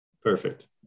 perfect